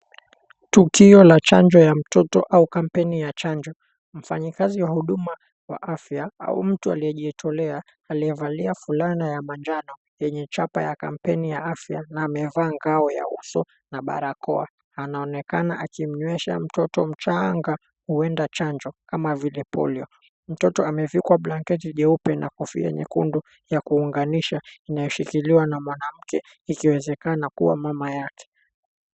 Tukio la chanjo ya mtoto au kampeni ya chanjo. Mfanyikazi wa huduma wa afya au mtu aliyejitolea, aliyevalia fulana ya manjano yenye chapa ya kampeni ya afya na amevaa ngao ya uso na barakoa, anaonekana akimnywesha mtoto mchanga huenda chanjo kama vile polio. Mtoto amevikwa blanketi jeupe na kofia nyekundu ya kuunganisha inayoshikiliwa na mwanamke, ikiwezekana kuwa mama yake.